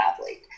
athlete